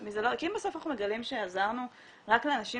אם בסוף אנחנו מגלים שעזרנו רק לאנשים